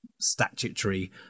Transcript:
statutory